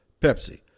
Pepsi